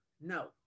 No